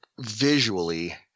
visually